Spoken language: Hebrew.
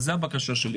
זו הבקשה שלי.